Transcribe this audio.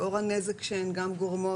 לאור הנזק שהן גם גורמות.